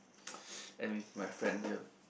and with my friend here